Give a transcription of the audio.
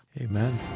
Amen